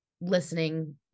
listening